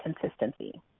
consistency